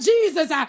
Jesus